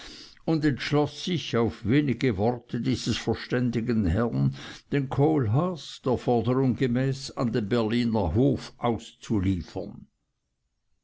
und entschloß sich auf wenige worte dieses verständigen herrn den kohlhaas der forderung gemäß an den berliner hof auszuliefern